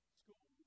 school